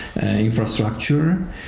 infrastructure